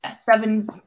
seven